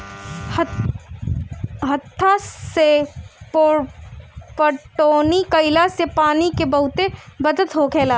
हत्था से पटौनी कईला से पानी के बहुत बचत होखेला